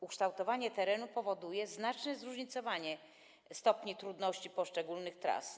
Ukształtowanie terenu powoduje znaczne zróżnicowanie stopnia trudności poszczególnych tras.